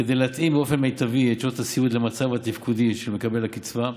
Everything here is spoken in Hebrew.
כדי להתאים באופן מיטבי את שעות הסיעוד למצב התפקודי של מקבל הקצבה.